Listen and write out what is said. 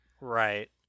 Right